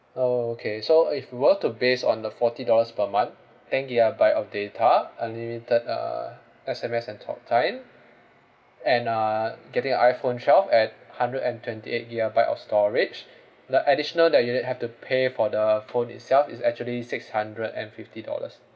okay so if we were to base on the forty dollars per month ten gigabyte of data unlimited uh S_M_S and talktime and uh getting a iPhone twelve at hundred and twenty eight gigabyte of storage the additional that you need have to pay for the phone itself is actually six hundred and fifty dollars